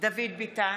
דוד ביטן,